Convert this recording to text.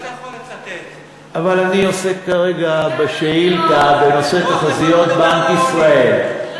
אבל אני עוסק כרגע בשאילתה בנושא תחזיות בנק ישראל,